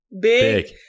Big